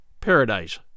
paradise